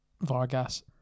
Vargas